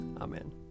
Amen